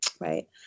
right